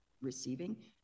receiving